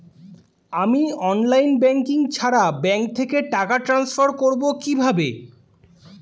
আমি online banking ছাড়া bank থেকে টাকা ট্রান্সফার করবো কিভাবে?